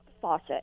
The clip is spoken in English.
faucet